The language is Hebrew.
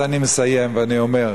אז אני מסיים ואומר